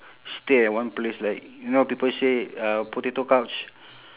stay at one place like you know people say uh potato couch